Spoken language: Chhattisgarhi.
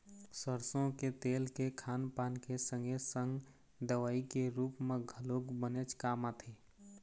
सरसो के तेल के खान पान के संगे संग दवई के रुप म घलोक बनेच काम आथे